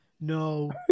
No